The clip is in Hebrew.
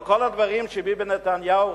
לכל הדברים שביבי נתניהו,